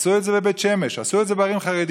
עשו את זה בבית שמש, עשו את זה בערים החרדיות.